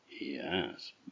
Yes